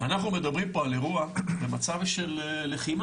אנחנו מדברים פה על אירוע במצב של לחימה,